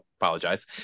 apologize